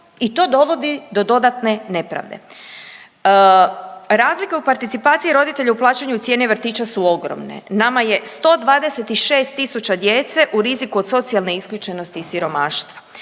i to dovodi do dodatne nepravde. Razlika u participaciji roditelja u plaćanju cijene vrtića su ogromne. Nama je 126 tisuća djece u riziku od socijalne isključenosti i siromaštva.